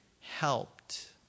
helped